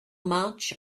march